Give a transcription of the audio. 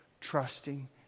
trusting